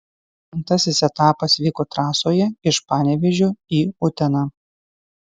penktasis etapas vyko trasoje iš panevėžio į uteną